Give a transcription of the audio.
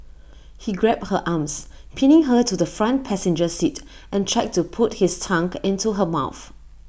he grabbed her arms pinning her to the front passenger seat and tried to put his tongue into her mouth